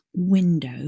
window